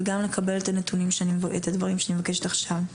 וגם נקבל את הנתונים שאני מבקשת עכשיו.